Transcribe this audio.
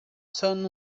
son